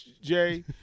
Jay